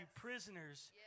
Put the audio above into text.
prisoners